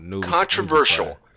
controversial